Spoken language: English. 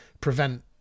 prevent